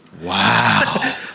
Wow